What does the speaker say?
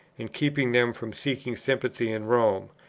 and keeping them from seeking sympathy in rome,